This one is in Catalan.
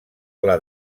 pla